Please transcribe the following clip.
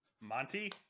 Monty